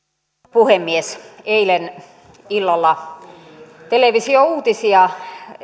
puhemies eilen illalla televisiouutisia